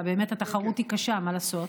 התחרות היא קשה, מה לעשות.